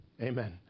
amen